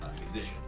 musician